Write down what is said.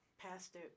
Pastor